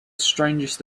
strangest